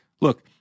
Look